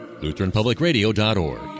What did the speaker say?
LutheranPublicRadio.org